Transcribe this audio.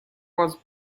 was